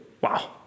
Wow